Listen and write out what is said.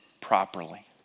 properly